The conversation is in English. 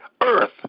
earth